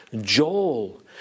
Joel